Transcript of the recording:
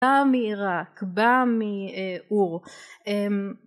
בא מעיראק, בא מאור